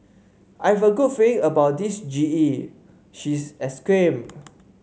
I have a good feeling about this G E she exclaimed